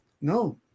no